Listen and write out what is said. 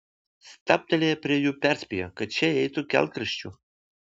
stabtelėję prie jų perspėjo kad šie eitų kelkraščiu